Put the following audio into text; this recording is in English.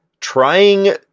trying